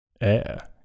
air